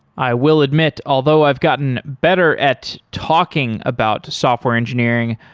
i will admit, although i've gotten better at talking about software engineering,